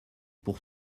pour